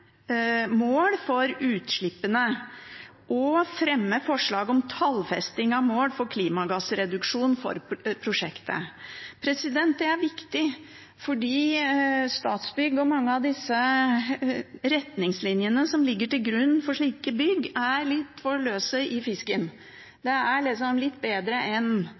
mål for utslippene og fremme forslag om tallfesting av mål for klimagassreduksjon for prosjektet. Det er viktig, for Statsbygg og mange av retningslinjene som ligger til grunn for slike bygg, er litt for løse i fisken. Det er liksom «litt bedre enn